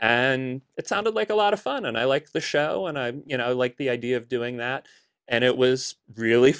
and it sounded like a lot of fun and i like the show and i'm you know like the idea of doing that and it was really